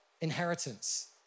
inheritance